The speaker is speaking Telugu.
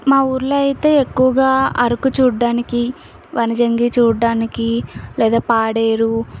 మా ఊర్లో అయితే ఎక్కువగా అరకు చూడడానికి వనజంగి చూడడానికి లేదా పాడేరు